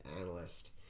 analyst